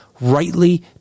rightly